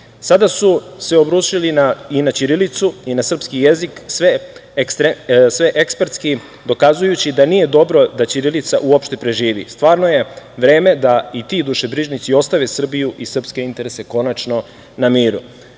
Sada su se obrušili i na ćirilicu i na srpski jezik sve ekspertski dokazujući da nije dobro da ćirilica uopšte živi. Stvarno je vreme da i ti dušebriznici ostave Srbiju i srpske interese konačno na miru. Radi